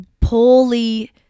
poorly